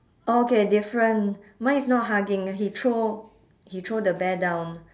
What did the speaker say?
oh okay different mine is not hugging he throw he throw the bear down